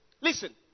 Listen